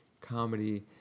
comedy